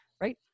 right